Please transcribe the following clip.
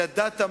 ידעת,